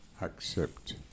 accept